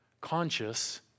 conscious